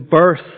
birth